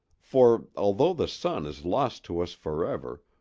for, although the sun is lost to us forever,